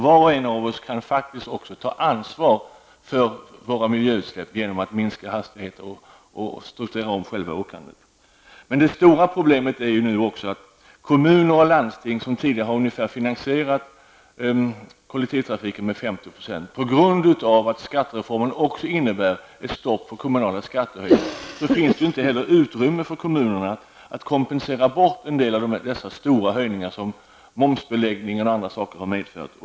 Var och en av oss kan ta ansvar för våra miljöutsläpp genom att minska hastigheter och strukturera om själva åkandet. Det stora problemet är att kommuner och landsting, som tidigare har finansierat kollektivtrafiken med ungefär 50 %, på grund av att skattereformen också innebär ett stopp för kommunala skattehöjningar nu inte heller ges utrymme att kompensera en del av de stora höjningar som momsbeläggningen och andra saker medför.